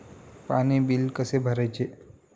पाणी बिल कसे भरायचे?